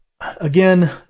again